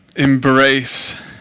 embrace